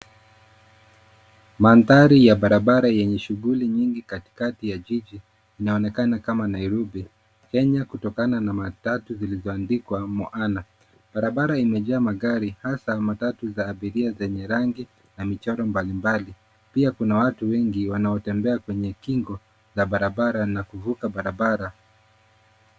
Mandhari ya barabara yenye shughuli nyingi katikati ya jiji, inaonekana kama Nairobi, Kenya kutokana na matatu zilizoandikwa Moana. Barabara imejaa magari hasa matatu za abiria zenye rangi na michoro mbalimbali. Pia kuna watu wengi wanaotembea kwenye kingo za barabara na kuvuka barabara.